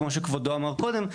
כמו שכבודו אמר קודם,